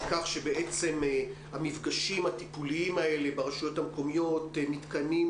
על כך שבעצם המפגשים הטיפוליים האלה ברשויות המקומיות מתקיימים